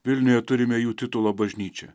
vilniuje turime jų titulo bažnyčią